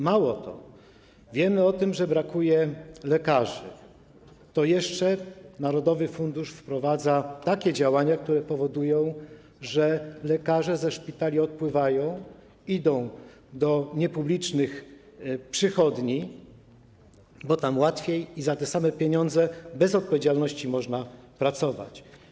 Mało tego, wiemy o tym, że brakuje lekarzy, a jeszcze narodowy fundusz wprowadza takie działania, które powodują, że lekarze ze szpitali odpływają, idą do niepublicznych przychodni, bo tam łatwiej, za te same pieniądze i bez odpowiedzialności można pracować.